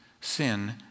sin